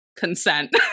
consent